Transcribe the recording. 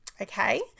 Okay